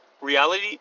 reality